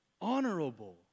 honorable